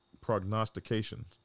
prognostications